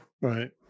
Right